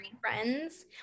friends